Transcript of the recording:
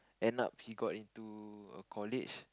end up he got into a college